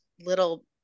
little